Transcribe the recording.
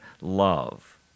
love